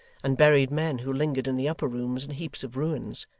and buried men who lingered in the upper rooms, in heaps of ruins.